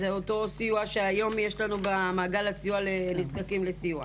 זה אותו סיוע שהיום יש לנו במעגל הסיוע לנזקקים לסיוע?